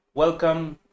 Welcome